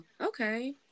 Okay